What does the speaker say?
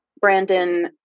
Brandon